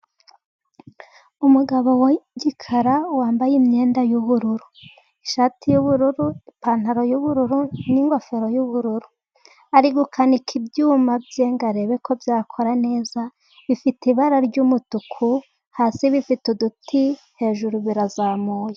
Umugabo w'igikara wambaye imyenda y'ubururu ishati y'ubururu ,ipantaro y'ubururu ,n'ingofero y'ubururu ,ari gukanika ibyuma bye ngo arebeko byakora neza. Bifite ibara ry'umutuku ,hasi bifite uduti hejuru birazamuye.